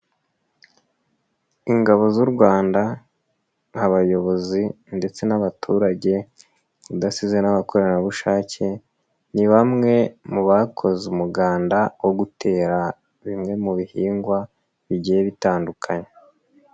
Ingabo z'u Rwanda, abayobozi ndetse n'abaturage, udasize n'abakorerabushake, ni bamwe mu bakoze umuganda wo gutera bimwe mu bihingwa, bigiye bitandukanye.